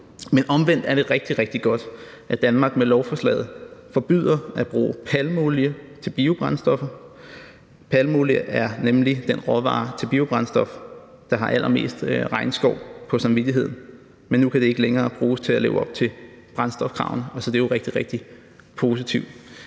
Men omvendt er det rigtig, rigtig godt, at Danmark med lovforslaget forbyder at bruge palmeolie til biobrændstoffer. Palmeolie er nemlig den råvare til biobrændstof, der har allermest regnskov på samvittigheden, men nu kan det ikke længere bruges til at leve op til brændstofkravene, så det er jo rigtig, rigtig positivt.